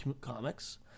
comics